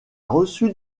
reçu